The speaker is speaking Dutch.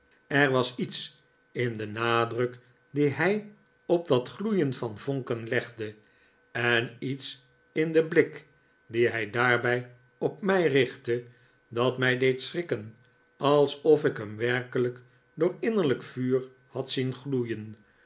er was iets in den nadruk dien hij op dat gloeien van vonken legde en iets in den blik dien hij daarbij op mij richtte dat mij deed schrikken alsof ik hem werkelijk door innerlijk vuur had zien gloeien